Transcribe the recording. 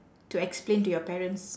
to explain to your parents